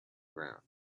ground